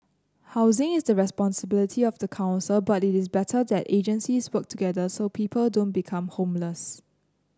housing is the responsibility of the council but it is better that agencies work together so people don't become homeless